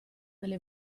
delle